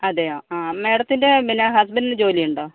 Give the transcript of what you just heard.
അതെയോ ആ മാഡത്തിൻ്റെ പിന്ന ഹസ്ബെന്റിന് ജോലി ഉണ്ടോ